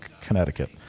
Connecticut